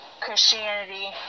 Christianity